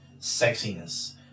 sexiness